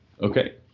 Okay